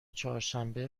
چهارشنبه